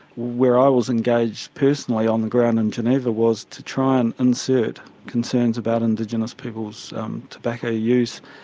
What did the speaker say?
where i was engaged personally on the ground in geneva was to try and insert concerns about indigenous peoples' tobacco use,